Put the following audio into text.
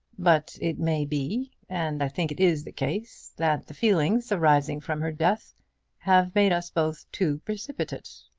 but it may be, and i think it is the case, that the feelings arising from her death have made us both too precipitate.